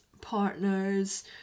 partners